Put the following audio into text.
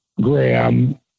Graham